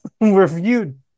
reviewed